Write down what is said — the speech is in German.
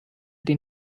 den